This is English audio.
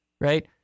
right